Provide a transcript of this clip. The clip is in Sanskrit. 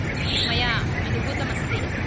मया अनुभूतम् अस्ति